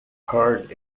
heard